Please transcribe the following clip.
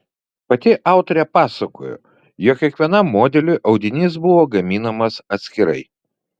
pati autorė pasakojo jog kiekvienam modeliui audinys buvo gaminamas atskirai